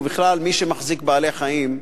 ובכלל, מי שמחזיק בעלי-חיים,